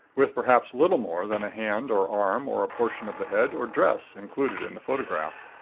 with perhaps little more than a hand or arm or portion of the head or dress included in the photograph.